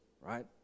right